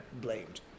blamed